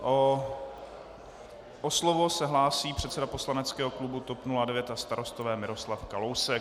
O slovo se hlásí předseda poslaneckého klubu TOP 09 a Starostové Miroslav Kalousek.